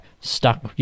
stuck